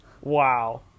Wow